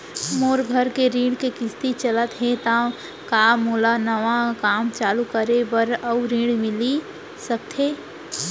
मोर घर के ऋण के किसती चलत हे ता का मोला नवा काम चालू करे बर अऊ ऋण मिलिस सकत हे?